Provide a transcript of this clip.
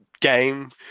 game